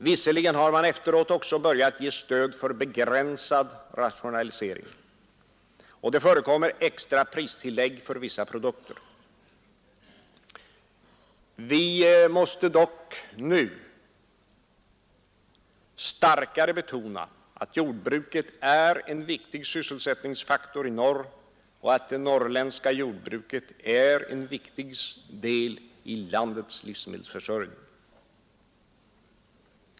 Det är sant att man efteråt också börjat ge stöd för ”begränsad rationalisering”, och det förekommer extra pristillägg för vissa procukter. Vi måste dock nu starkare betona att jordbruket är en viktig sysselsättningsfaktor i norr och att det norrländska jordbruket är en viktig del i landets livsmedelsförsörjning.